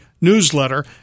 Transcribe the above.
newsletter